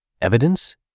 Evidence